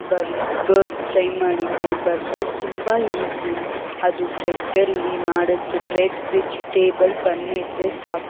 burger try ಮಾಡಿದ್ದೆ burger ತುಂಬ easy ಅದು ಬ್ರೆಡ್ಡಲ್ಲಿ ಮಾಡೋದಕ್ಕೆ ಬ್ರೆಡ್ ವೆಜಿಟೇಬಲ್ ಬನ್ ಇದ್ದರೆ ಸಾಕು